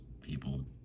people